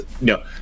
no